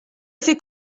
fait